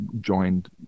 joined